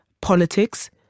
politics